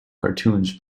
cartoons